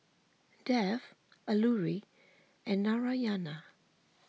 Dev Alluri and Narayana